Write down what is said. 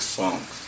songs